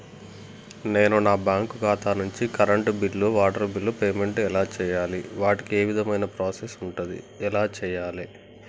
నేను నా బ్యాంకు ఖాతా నుంచి కరెంట్ బిల్లో వాటర్ బిల్లో పేమెంట్ ఎలా చేయాలి? వాటికి ఏ విధమైన ప్రాసెస్ ఉంటది? ఎలా చేయాలే?